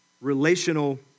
relational